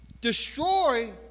destroy